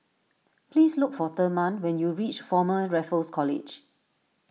please look for therman when you reach Former Raffles College